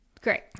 Great